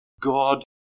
God